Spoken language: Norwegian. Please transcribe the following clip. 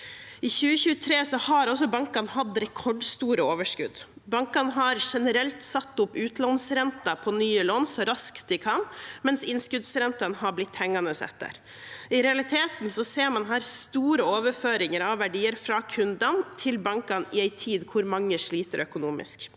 I 2023 har bankene også hatt rekordstore overskudd. Bankene har generelt satt opp utlånsrentene på nye lån så raskt de kan, mens innskuddsrentene har blitt hengende etter. I realiteten ser man her store overføringer av verdier fra kundene til bankene i en tid der mange sliter økonomisk.